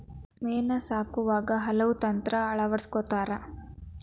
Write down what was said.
ಮೇನಾ ಸಾಕುವಾಗ ಹಲವು ತಂತ್ರಾ ಅಳವಡಸ್ಕೊತಾರ